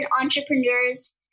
entrepreneurs